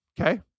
Okay